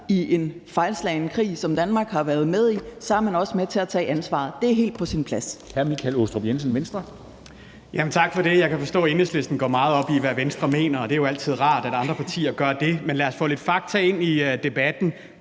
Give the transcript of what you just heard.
i en fejlslagen krig, som Danmark har været med i, så også er med til at tage ansvaret. Det er helt på sin plads.